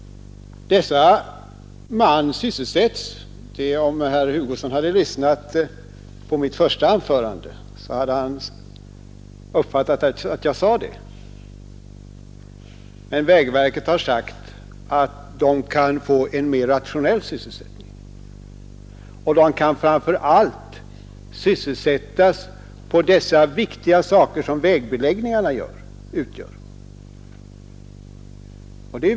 Dessa arbetare sysselsätts — om herr Hugosson hade lyssnat på mitt första anförande, så hade han uppfattat att jag sade det — men vägverket har sagt att de kan få en mer rationell sysselsättning, och de kan framför allt sysselsättas med de viktiga saker som vägbeläggningarna utgör.